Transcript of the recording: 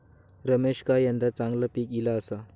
रमेशका यंदा चांगला पीक ईला आसा